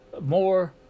more